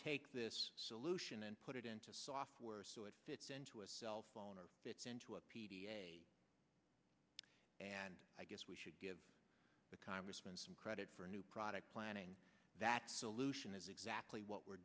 take this solution and put it into software so it fits into a cellphone or fits into a p d f and i guess we should give the congressman some credit for a new product planning that solution is exactly what we're